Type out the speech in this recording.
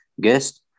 guest